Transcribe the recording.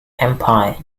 empire